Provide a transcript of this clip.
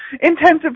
intensive